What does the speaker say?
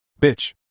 Bitch